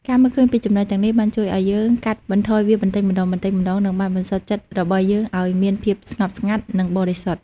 ការមើលឃើញពីចំណុចទាំងនេះបានជួយឱ្យយើងអាចកាត់បន្ថយវាបន្តិចម្តងៗនិងបានបន្សុទ្ធចិត្តរបស់យើងឱ្យមានភាពស្ងប់ស្ងាត់និងបរិសុទ្ធ។